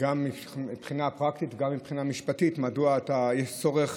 גם מבחינה פרקטית וגם מבחינה משפטית מדוע יש צורך